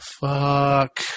fuck